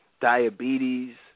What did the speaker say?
Diabetes